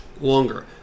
longer